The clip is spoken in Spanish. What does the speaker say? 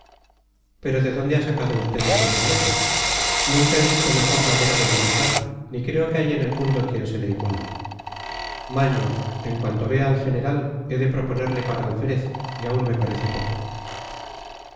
pero de dónde ha sacado usted ese diablete nunca he visto mejor madera de militar ni creo que haya en el mundo quien se le iguale maño en cuanto vea al general he de proponerle para alférez y aún me parece poco